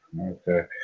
Okay